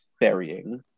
burying